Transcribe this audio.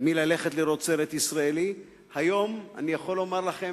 מללכת לראות סרט ישראלי, היום אני יכול לומר לכם,